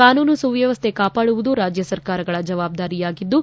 ಕಾನೂನು ಸುವ್ಯವಸ್ಥೆ ಕಾಪಾಡುವುದು ರಾಜ್ಯ ಸರ್ಕಾರಗಳ ಜವಾಬ್ದಾರಿಯಾಗಿದ್ದು